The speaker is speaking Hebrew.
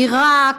בעיראק.